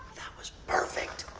that was perfect!